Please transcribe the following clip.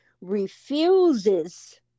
refuses